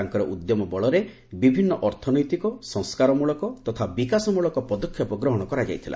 ତାଙ୍କ ଉଦ୍ୟମ ବଳରେ ବିଭିନ୍ନ ଅର୍ଥନୈତିକ ସଂସ୍କାରମୂଳକ ତଥା ବିକାଶମ୍ଭଳକ ପଦକ୍ଷେପ ଗ୍ରହଣ କରାଯାଇଥିଲା